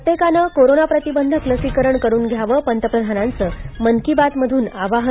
प्रत्येकानं कोरोना प्रतिबंधक लसीकरण करून घ्यावं पंतप्रधानांचं मन की बात मधून आवाहन